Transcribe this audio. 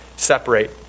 Separate